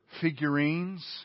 figurines